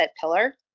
pillar